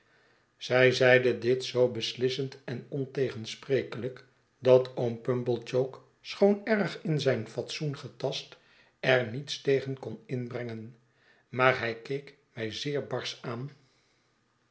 zij zeide dit zoo beslissend en ontegensprekelijk dat oom pumblechook schoon erg in zijn fatsoen getast er niets tegen kon inbrengen maar hij keek mij zeer barsch aan